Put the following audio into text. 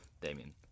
Damien